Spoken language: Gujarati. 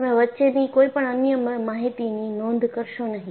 તમે વચ્ચેની કોઈપણ અન્ય માહિતીની નોંધ કરશો નહીં